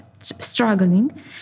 struggling